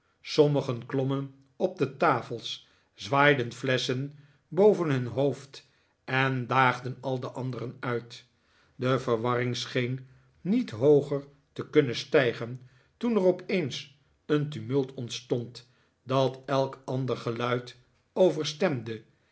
sommigen klommen op de tafels zwaaiden flesschen boven hun hoofd en daagden al de anderen uit de verwarring scheen niet hooger te kunnen stijgen toen er opeens een tumult ontstond dat elk ander geluid